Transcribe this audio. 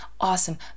awesome